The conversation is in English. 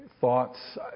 thoughts